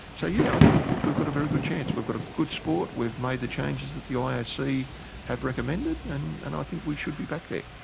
so yeah i think we've got a very good chance. we've got a good sport, we've made the changes that the ah ioc have recommended, and and i think we should be back there.